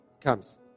comes